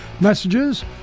messages